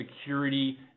security